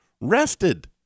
rested